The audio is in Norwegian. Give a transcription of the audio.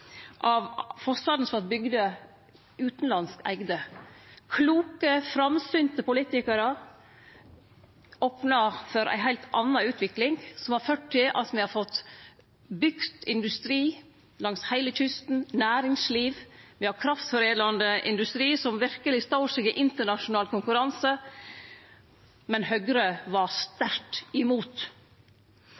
av fossane som vart bygde ut, utanlandskeigde. Kloke, framsynte politikarer opna for ei heilt anna utvikling, som har ført til at me har fått bygd industri langs heile kysten, næringsliv, me har kraftforedlande industri som verkeleg står seg i internasjonal konkurranse. Men Høgre var sterkt